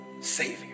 Savior